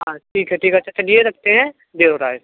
हाँ ठीक है ठीक है तो चलिए रखते हैं देर हो रहा है